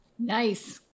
Nice